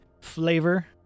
flavor